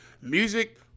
Music